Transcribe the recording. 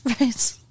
Right